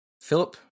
Philip